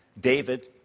David